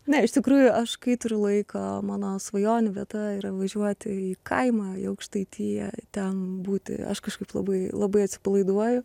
ne iš tikrųjų aš kai turiu laiko mano svajonių vieta yra važiuoti į kaimą į aukštaitiją ten būti aš kažkaip labai labai atsipalaiduoju